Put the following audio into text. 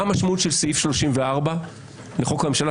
מה המשמעות של סעיף 34 לחוק הממשלה,